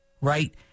right